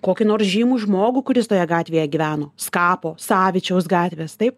kokį nors žymų žmogų kuris toje gatvėje gyveno skapo savičiaus gatvės taip